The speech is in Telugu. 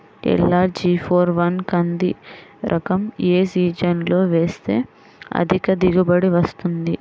ఎల్.అర్.జి ఫోర్ వన్ కంది రకం ఏ సీజన్లో వేస్తె అధిక దిగుబడి వస్తుంది?